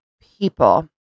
people